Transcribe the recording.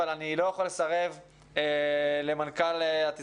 אבל אני לא יכול לסרב למנכ"ל התזמורת